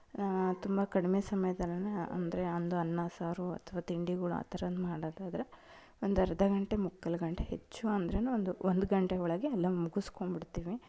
ತುಂಬ ಕಡಿಮೆ ಸಮಯ್ದಲ್ಲೆ ಅಂದರೆ ಒಂದು ಅನ್ನ ಸಾರು ಅಥವಾ ತಿಂಡಿಗಳು ಆ ಥರದ್ದು ಮಾಡೋದಾದ್ರೆ ಒಂದು ಅರ್ಧ ಗಂಟೆ ಮುಕ್ಕಾಲು ಗಂಟೆ ಹೆಚ್ಚು ಅಂದ್ರೆ ಒಂದು ಒಂದು ಗಂಟೆ ಒಳಗೆ ಎಲ್ಲ ಮುಗಿಸ್ಕೊಂಬಿಡ್ತೀವಿ